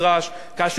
בעוד חודשיים,